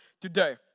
today